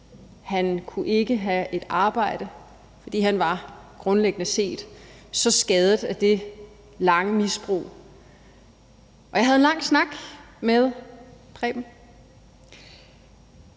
Han kunne ikke have et arbejde, for han var grundlæggende set så skadet af det lange misbrug. Jeg havde en lang snak med Preben